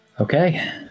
Okay